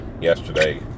yesterday